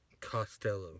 Costello